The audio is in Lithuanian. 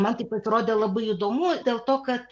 man tai pasirodė labai įdomu dėl to kad